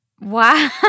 Wow